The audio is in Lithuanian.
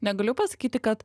negaliu pasakyti kad